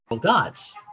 gods